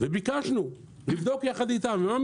אנחנו